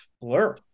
blur